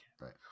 Right